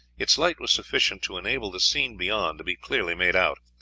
its light was sufficient to enable the scene beyond to be clearly made out.